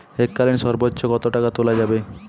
এককালীন সর্বোচ্চ কত টাকা তোলা যাবে?